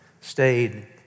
stayed